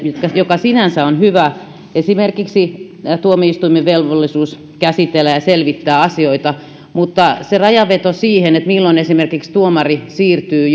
mikä sinänsä on hyvä esimerkiksi tuomioistuimen velvollisuus käsitellä ja selvittää asioita mutta se rajanveto siihen milloin esimerkiksi tuomari siirtyy